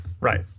right